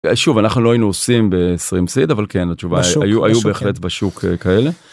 שוב אנחנו לא היינו עושים ב-20 סיד אבל כן התשובה היו בהחלט בשוק כאלה.